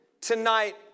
tonight